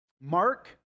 Mark